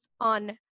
on